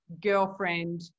girlfriend